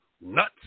nuts